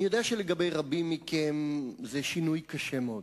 אני יודע שלגבי רבים מכם זה שינוי קשה מאוד,